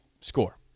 score